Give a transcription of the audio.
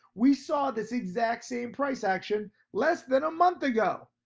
we saw this exact same price action less than a month ago.